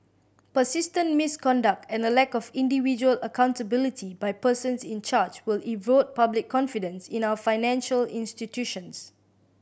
persistent misconduct and a lack of individual accountability by persons in charge will erode public confidence in our financial institutions